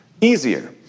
easier